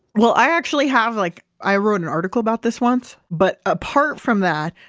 well i actually have, like i wrote an article about this once. but apart from that,